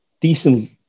decent